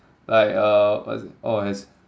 like uh what is it orh has